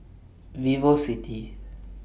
Vivocity